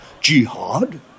jihad